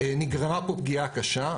נגרמה פה פגיעה קשה,